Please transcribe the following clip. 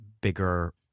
bigger